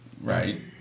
right